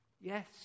Yes